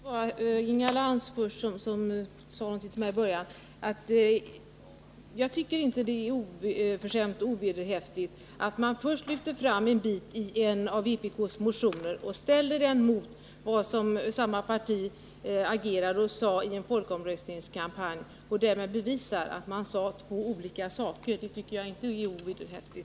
Herr talman! Jag vill bara först svara Inga Lantz, som inledningsvis sade något till mig. Jag tycker inte att det är oförskämt och ovederhäftigt att man först lyfter fram ett avsnitt ur en vpk-motion och sedan ställer det mot det som samma parti sade i sin agitation under en folkomröstningskampanj — för att bevisa att partiet sade olika saker i dessa två skilda sammanhang.